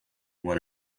one